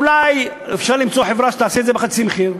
אולי אפשר למצוא חברה שתעשה את זה בחצי המחיר?